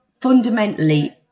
fundamentally